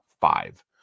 five